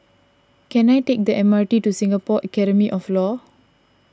can I take the M R T to Singapore Academy of Law